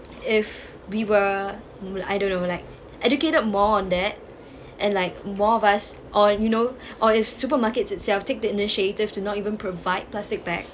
if we were I don't know like educated more on that and like more of us or you know or if supermarkets itself take the initiative to not even provide plastic bag